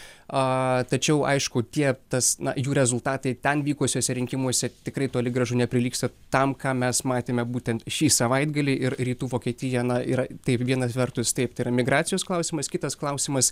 a tačiau aišku tie tas na jų rezultatai ten vykusiuose rinkimuose tikrai toli gražu neprilygsta tam ką mes matėme būtent šį savaitgalį ir rytų vokietiją na yra taip viena vertus taip tai yra migracijos klausimas kitas klausimas